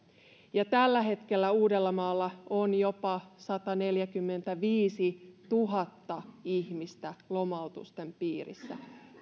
tällä hetkellä uudellamaalla on jopa sataneljäkymmentäviisituhatta ihmistä lomautusten piirissä